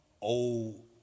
old